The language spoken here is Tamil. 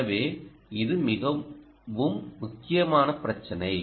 எனவே இது மிகவும் முக்கியமான பிரச்சினை